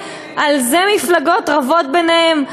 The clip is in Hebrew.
על זה, על זה מפלגות רבות ביניהן?